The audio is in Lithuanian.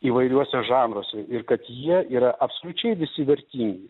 įvairiuose žanruos ir kad jie yra absoliučiai visi vertingi